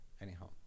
Anyhow